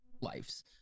lives